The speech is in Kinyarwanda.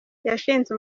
yashinze